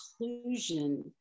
inclusion